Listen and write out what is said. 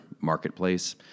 marketplace